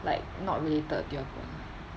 like not related to your [one]